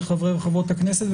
לחברות ולחברי הכנסת,